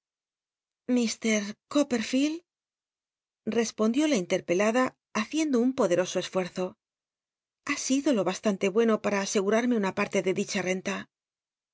coppel'lleld respondió la intepclacla hat icndo nn poderoso esfueazo ha sido lo bastante bueno paaa asegumrme una parle de dicha ren